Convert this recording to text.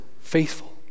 faithful